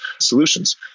solutions